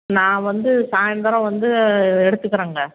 நான் வந்து சாயந்தரம் வந்து எடுத்துக்கிறேங்க